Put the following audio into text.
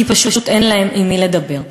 כי פשוט אין להם עם מי לדבר.